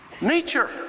Nature